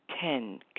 Ten